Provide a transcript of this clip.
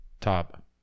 top